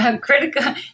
Critical